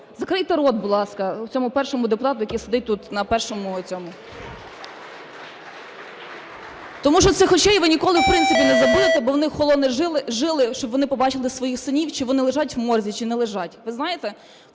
Закрийте рота, будь ласка, цьому першому депутату, який сидить тут, на першому цьому… Тому що цих очей ви ніколи не забудете, бо в них холонули жили, щоб вони побачили своїх синів, чи вони лежать в морзі, чи не лежать.